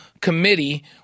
committee